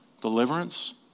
deliverance